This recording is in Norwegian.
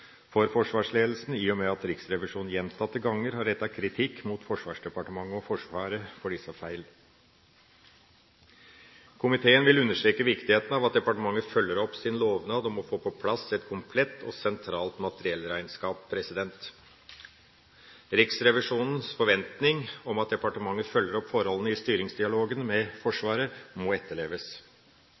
for forsvarsledelsen, i og med at Riksrevisjonen gjentatte ganger har rettet kritikk mot Forsvarsdepartementet og Forsvaret for disse feilene. Komiteen vil understreke viktigheten av at departementet følger opp sin lovnad om å få på plass et komplett og sentralt materiellregnskap. Riksrevisjonens forventning om at departementet følger opp forholdet i styringsdialogen med Forsvaret må etterleves.